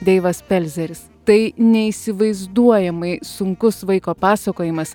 deivas pelzeris tai neįsivaizduojamai sunkus vaiko pasakojimas